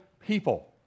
people